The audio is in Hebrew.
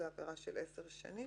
זאת עבירה של 10 שנים.